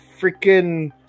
freaking